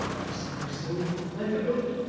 bless my soul, i forgot!